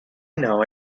know